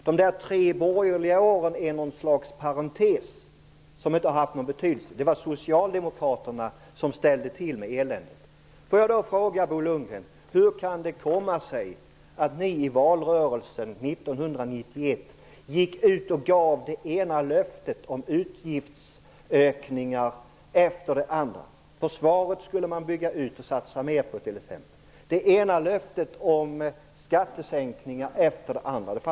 De tre borgerliga åren är tydligen något slags parentes som inte har haft någon betydelse. Det var socialdemokraterna som ställde till eländet, enligt Bo Lundgren. Då vill jag fråga: Hur kan det komma sig att ni i valrörelsen 1991 gick ut och gav det ena löftet om utgiftsökningar efter det andra? Man skulle t.ex. bygga ut och satsa mer på försvaret. Det ena löftet om skattesänkningar efter det andra utfärdades.